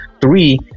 Three